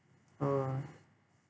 oh